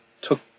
took